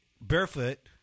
barefoot